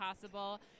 possible